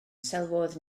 sylwodd